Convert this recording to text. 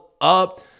up